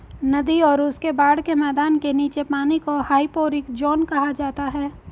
नदी और उसके बाढ़ के मैदान के नीचे के पानी को हाइपोरिक ज़ोन कहा जाता है